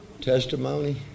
testimony